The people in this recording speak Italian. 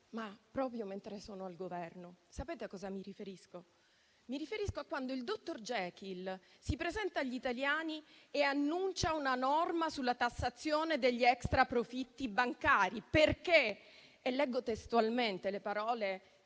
ma proprio mentre sono al Governo. Sapete a cosa mi riferisco? Mi riferisco a quando il dottor Jekyll si presenta agli italiani e annuncia una norma sulla tassazione degli extraprofitti bancari. Leggo testualmente le parole